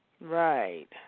Right